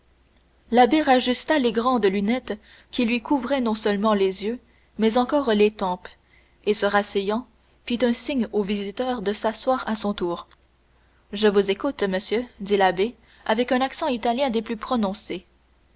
l'abbé rajusta les grandes lunettes qui lui couvraient non seulement les yeux mais encore les tempes et se rasseyant fit signe au visiteur de s'asseoir à son tour je vous écoute monsieur dit l'abbé avec un accent italien des plus prononcés